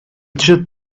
teacher